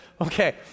Okay